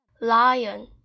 Lion